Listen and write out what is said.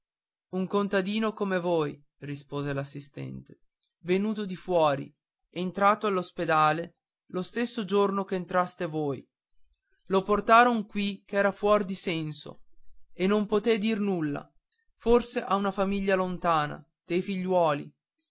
un contadino come voi rispose l'assistente venuto di fuori entrato all'ospedale lo stesso giorno che c'entraste voi lo portaron qui ch'era fuor di senso e non poté dir nulla forse ha una famiglia lontana dei figliuoli